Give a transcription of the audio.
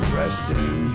resting